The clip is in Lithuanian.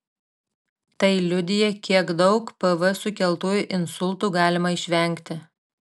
tai liudija kiek daug pv sukeltų insultų galima išvengti